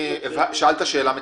שאלת שאלה מצוינת.